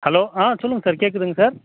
hello ஆ சொல்லுங்கள் sir கேக்குதுங்க சார்